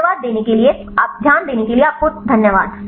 ध्यान देने के लिये आपको धन्यवाद